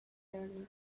journey